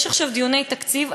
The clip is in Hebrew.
יש עכשיו דיוני תקציב,